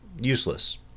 useless